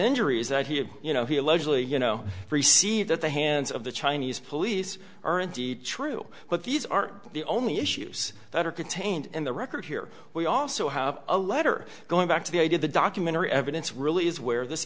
injuries that he had you know he allegedly you know received at the hands of the chinese police are indeed true but these are the only issues that are contained in the record here we i also have a letter going back to the idea the documentary evidence really is where this